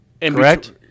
Correct